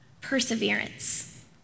Perseverance